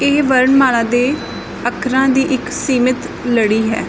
ਇਹ ਵਰਣਮਾਲਾ ਦੇ ਅੱਖਰਾਂ ਦੀ ਇੱਕ ਸੀਮਿਤ ਲੜੀ ਹੈ